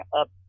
up